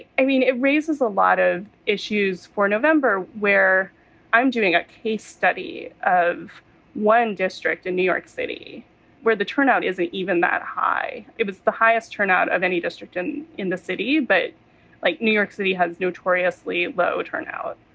i mean, it raises a lot of issues for november where i'm doing a case study of one district in new york city where the turnout isn't even that high. it was the highest turnout of any district in in the city. but like new york city, has notoriously low turnout.